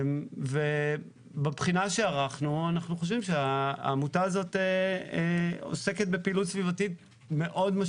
ובבחינה שערכנו אנחנו חושבים שהעמותה הזאת עוסקת בפעילות סביבתית מאוד,